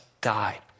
died